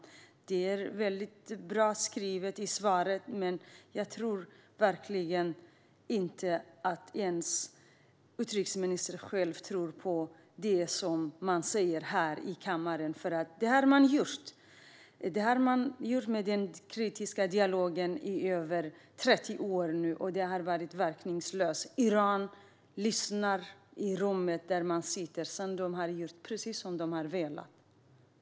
Svaret är bra skrivet, men jag tror inte att utrikesministern ens själv tror på det man säger här i kammaren. Den kritiska dialogen har förts i över 30 år nu, men den har varit verkningslös. Iran lyssnar i rummet där man sitter och gör sedan precis som de vill.